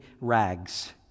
rags